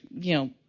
you know,